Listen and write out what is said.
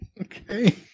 okay